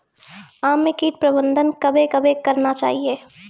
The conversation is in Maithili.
आम मे कीट प्रबंधन कबे कबे करना चाहिए?